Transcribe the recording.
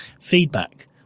Feedback